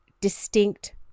distinct